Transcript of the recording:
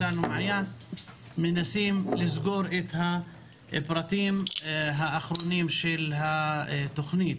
אנחנו מנסים לסגור את הפרטים האחרונים של התוכנית.